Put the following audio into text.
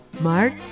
Mark